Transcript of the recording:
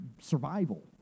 survival